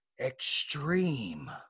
Extreme